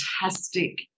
fantastic